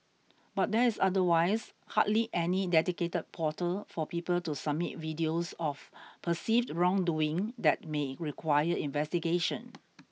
but there is otherwise hardly any dedicated portal for people to submit videos of perceived wrongdoing that may require investigation